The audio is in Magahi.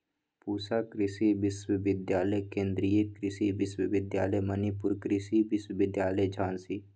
पूसा कृषि विश्वविद्यालय, केन्द्रीय कृषि विश्वविद्यालय मणिपुर, कृषि विश्वविद्यालय झांसी